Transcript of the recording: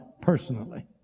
personally